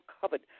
Covered